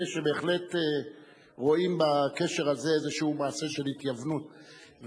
שבהחלט רואים בקשר הזה איזה מעשה של התייוונות,